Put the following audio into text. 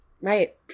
Right